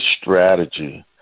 strategy